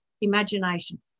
imagination